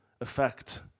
effect